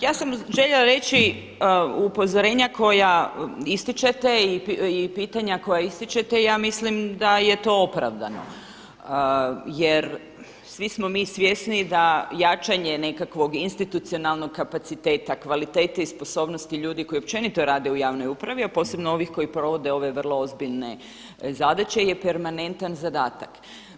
Ja sam željela reći upozorenja koja ističete i pitanja koja ističete, ja mislim da je to opravdano jer svi smo mi svjesni da jačanje nekakvog institucionalnog kapaciteta kvalitete i sposobnosti ljudi koji općenito rade u javnoj upravi, a posebno ovi koji provode ove vrlo ozbiljne zadaće je permanentan zadatak.